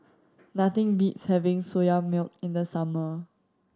nothing beats having Soya Milk in the summer